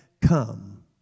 come